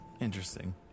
Interesting